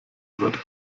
wird